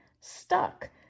Stuck